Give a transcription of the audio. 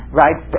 right